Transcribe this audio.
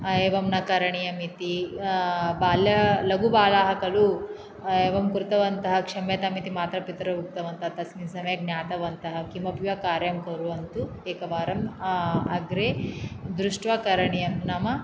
एवं न करणीयम् इति बाल्य लघुबालाः खलु एवं कृतवन्तः क्षम्यताम् इति मातापितरौ उक्तवन्तः तस्मिन् समये ज्ञातवन्तः किमपि वा कार्यं कुर्वन्तु एकवारं अग्रे दृष्ट्वा करणीयम् नाम